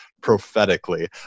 prophetically